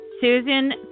Susan